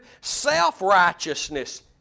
self-righteousness